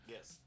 Yes